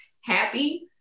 happy